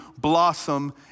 blossom